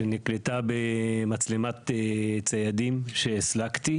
שנקלטה במצלמת ציידים שהסלקתי.